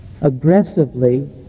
Aggressively